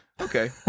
okay